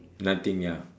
nothing ya